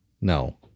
No